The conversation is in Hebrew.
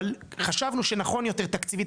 אבל חשבנו שנכון יותר תקציבית,